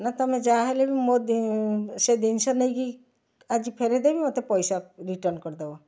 ନା ତମେ ଯାହା ହେଲେ ବି ମୋ ଦେ ସେ ଜିନିଷ ନେଇ କି ଆଜି ଫେରେଇ ଦେବି ମତେ ପଇସା ରିଟର୍ଣ୍ଣ କରି ଦବ